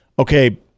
okay